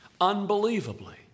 unbelievably